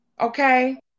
okay